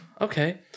Okay